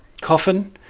coffin